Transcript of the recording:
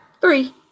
Three